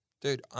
Dude